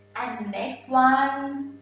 and next one